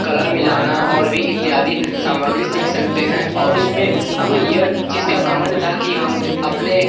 colour मिलाना और भी इत्यादि सामग्री सीख सकते हैं और उसमें हमें यह चीज़ का घमंड था कि हम अपने